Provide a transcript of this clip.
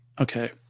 okay